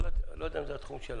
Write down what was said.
אני לא יודע אם זה התחום שלך,